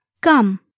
come